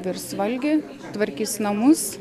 virs valgį tvarkys namus